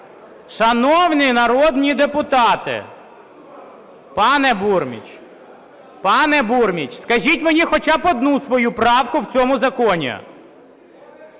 Шановні народні депутати! Пане Бурміч! Пане Бурміч, скажіть мені хоча б одну свою правку в цьому законі!